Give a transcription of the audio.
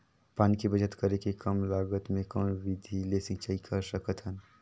पानी के बचत करेके कम लागत मे कौन विधि ले सिंचाई कर सकत हन?